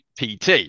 PT